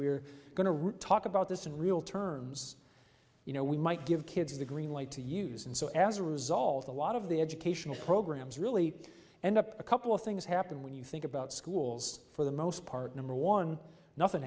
root talk about this in real terms you know we might give kids the green light to use and so as a result a lot of the educational programs really end up a couple of things happen when you think about schools for the most part number one nothing